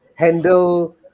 handle